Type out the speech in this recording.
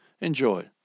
Enjoy